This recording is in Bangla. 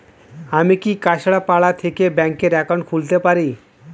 আমি কি কাছরাপাড়া থেকে ব্যাংকের একাউন্ট খুলতে পারি?